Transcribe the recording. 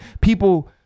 people